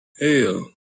Hell